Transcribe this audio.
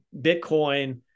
Bitcoin